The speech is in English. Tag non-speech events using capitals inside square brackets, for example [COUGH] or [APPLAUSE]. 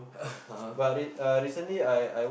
[COUGHS] (uh huh) [BREATH]